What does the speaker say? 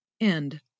End